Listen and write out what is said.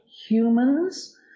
humans